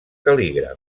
cal·lígraf